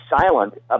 silent